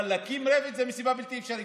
אבל להקים רפת זה משימה בלתי אפשרית.